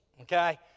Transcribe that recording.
Okay